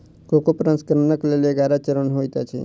cocoa प्रसंस्करणक लेल ग्यारह चरण होइत अछि